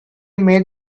made